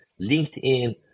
LinkedIn